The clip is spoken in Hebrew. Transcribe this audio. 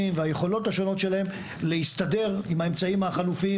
והיכולות השונות שלהם להסתדר עם האמצעים החלופיים,